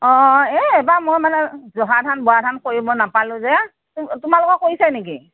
অ এই এইবাৰ মই মানে জহা ধান বৰা ধান কৰিব নাপালোঁ যে তোমালোকৰ কৰিছে নেকি